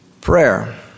Prayer